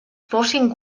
fossin